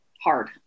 hard